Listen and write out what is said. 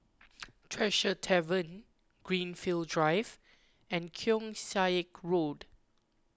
Tresor Tavern Greenfield Drive and Keong Saik Road